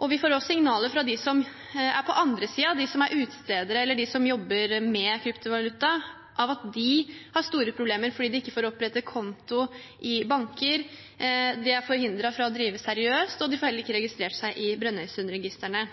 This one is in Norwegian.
og vi får også signaler fra dem som er på den andre siden, de som er utstedere, eller de som jobber med kryptovaluta, om at de har store problemer fordi de ikke får opprette konto i banker, de er forhindret fra å drive seriøst, og de får heller ikke registrert seg i Brønnøysundregistrene.